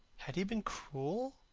had he been cruel?